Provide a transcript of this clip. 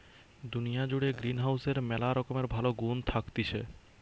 দুনিয়া জুড়ে গ্রিনহাউসের ম্যালা রকমের ভালো গুন্ থাকতিছে